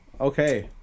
Okay